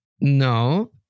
No